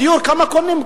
דיור, כמה קונים?